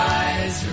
eyes